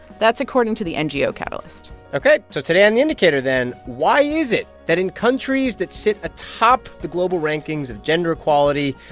that's according to the ngo catalyst ok. so today on the indicator, then, why is it that in countries that sit atop the global rankings of gender equality,